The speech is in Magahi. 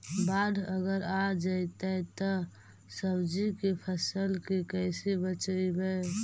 बाढ़ अगर आ जैतै त सब्जी के फ़सल के कैसे बचइबै?